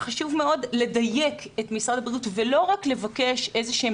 אני חושבת שחשוב מאוד לדייק את משרד הבריאות ולא רק לבקש איזה שהם